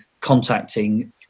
contacting